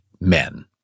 men